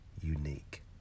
unique